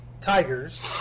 Tigers